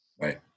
Right